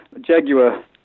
Jaguar